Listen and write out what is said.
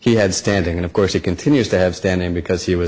he had standing and of course he continues to have standing because he was